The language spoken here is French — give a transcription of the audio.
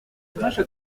place